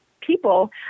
people